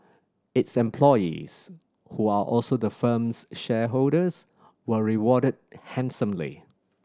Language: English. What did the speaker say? its employees who are also the firm's shareholders were rewarded handsomely